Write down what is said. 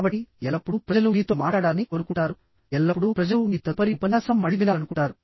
కాబట్టి ఎల్లప్పుడూ ప్రజలు మీతో మాట్లాడాలని కోరుకుంటారు ఎల్లప్పుడూ ప్రజలు మీ తదుపరి ఉపన్యాసం మళ్ళి వినాలనుకుంటారు